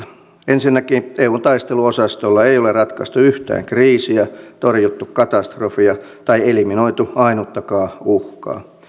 ensinnäkin eun taisteluosastolla ei ole ratkaistu yhtään kriisiä torjuttu katastrofia tai eliminoitu ainuttakaan uhkaa